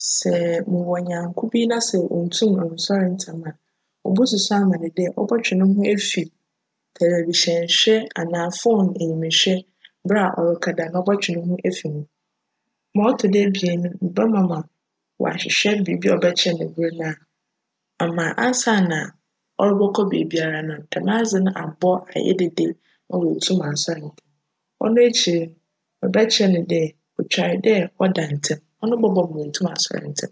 Sj mowc nyjnko bi na sj onntum nnsojr ntsjm a, mobcsusu ama no dj cbctwe no ho efi tjljbihyjn hwj anaa "phone" do hwj ber a crekjda cbctwe no ho efi ho. Ma ctc do ebien no mebjma ma cahwehwj biribi a cbjkyerj no mber ama ansaana crobckc beebiara no, djm adze no abc ayj dede ama oeetum asojr. Cno ekyir no, mebjkyerj no dj otwar dj cda ntsjm, cno bc boa ma oeetum asojr ntsjm.